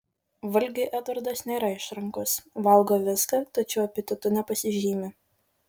valgiui edvardas nėra išrankus valgo viską tačiau apetitu nepasižymi